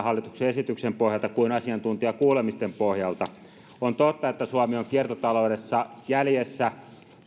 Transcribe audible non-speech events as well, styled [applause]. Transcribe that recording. [unintelligible] hallituksen esityksen pohjalta kuin asiantuntijakuulemisten pohjalta on totta että suomi on kiertotaloudessa jäljessä